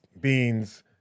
Beans